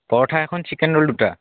পৰঠা এখন chicken roll দুটা